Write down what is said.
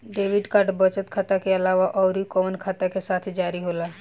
Debit card बचत खाता के अलावा अउरकवन खाता के साथ जारी होला?